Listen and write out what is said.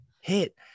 hit